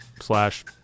slash